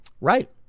right